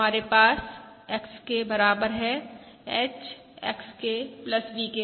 हमारे पास YK बराबर हैं H XK VK के